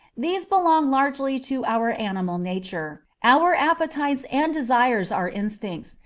these belong largely to our animal nature our appetites and desires are instincts,